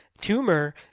tumor